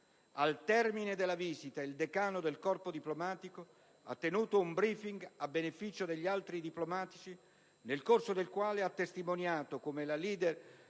Al termine della visita, il decano del Corpo diplomatico ha tenuto un *briefing* a beneficio degli altri diplomatici, nel corso del quale ha testimoniato come la *leader*